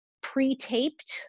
pre-taped